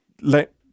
let